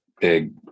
big